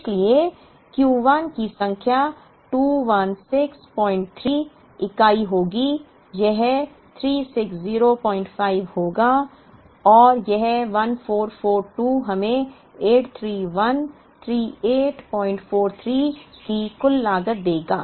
इसलिए Q 1 की संख्या 2163 इकाई होगी यह 3605 होगा और यह 1442 हमें 8313843 की कुल लागत देगा